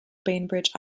bainbridge